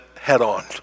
head-on